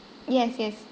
yes yes